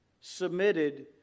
Submitted